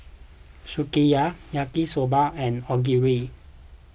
Sukiyaki Yaki Soba and Onigiri